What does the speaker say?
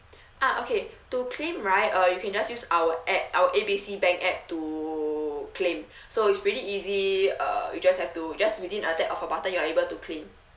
ah okay to claim right uh you can just use our app our A B C bank app to claim so it's really easy uh you just have to just within a tap of a button you are able to claim